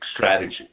strategy